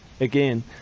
again